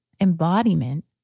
embodiment